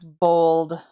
bold